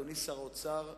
אדוני שר האוצר,